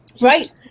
Right